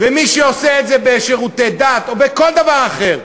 ומי שעושה את זה בשירותי דת, או בכל דבר אחר,